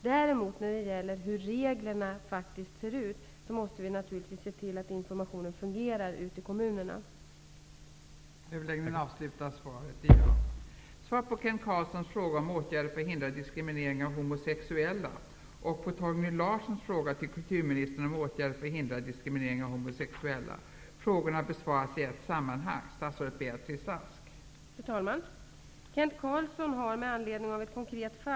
När det däremot gäller hur reglerna faktiskt ser ut måste vi naturligtvis se till att informationen ut till kommunerna fungerar.